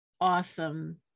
awesome